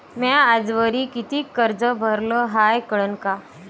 म्या आजवरी कितीक कर्ज भरलं हाय कळन का?